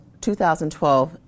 2012